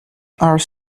are